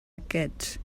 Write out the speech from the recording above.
aquests